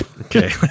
Okay